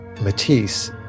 Matisse